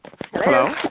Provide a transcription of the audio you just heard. Hello